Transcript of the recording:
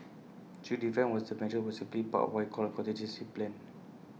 chew's defence was the measures were simply part what he called A contingency plan